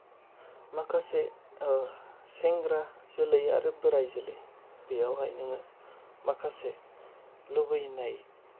माखासे सेंग्रा जोलै आरो बोराइ जोलै बेयावहाय नोङो माखासे लुबैनाय